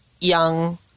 young